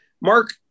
Mark